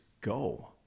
go